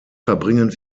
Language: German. verbringen